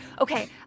okay